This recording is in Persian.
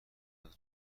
منطق